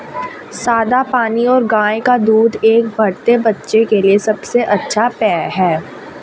सादा पानी और गाय का दूध एक बढ़ते बच्चे के लिए सबसे अच्छा पेय हैं